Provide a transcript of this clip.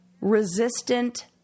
resistant